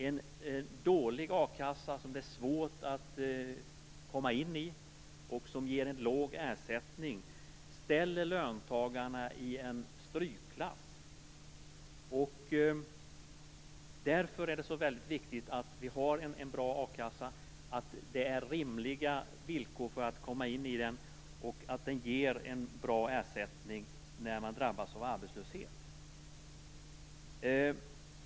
En dålig a-kassa som det är svårt att bli medlem i och som ger en låg ersättning, ställer löntagarna i en strykklass. Därför är det viktigt att ha en bra a-kassa och att det finns rimliga villkor för att bli medlem i den och att den ger en bra ersättning vid arbetslöshet.